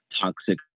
toxic